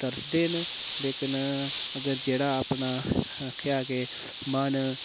तरसदे न लेकिन अगर जेह्ड़ा अपना आखेआ के मन